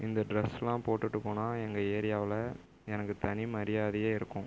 இந்த ட்ரெஸ்லாம் போட்டுகிட்டு போனால் எங்கள் ஏரியாவில் எனக்கு தனி மரியாதையே இருக்கும்